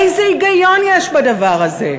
איזה היגיון יש בדבר הזה?